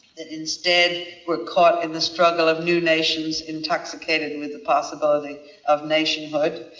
that instead we're caught in the struggle of new nations intoxicated with the possibility of nationhood,